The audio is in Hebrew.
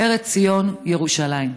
ארץ ציון ירושלים.